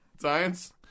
Science